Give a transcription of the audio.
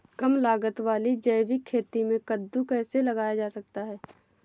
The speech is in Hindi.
कम लागत वाली जैविक खेती में कद्दू कैसे लगाया जा सकता है?